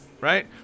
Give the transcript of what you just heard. Right